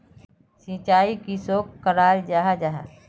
सिंचाई किसोक कराल जाहा जाहा?